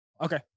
Okay